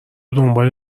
دنبال